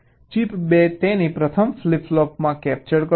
chip 2 તેને પ્રથમ flip ફ્લોપમાં કેપ્ચર કરશે